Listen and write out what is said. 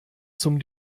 zum